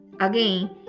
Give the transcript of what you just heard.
Again